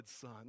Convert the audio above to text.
son